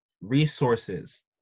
resources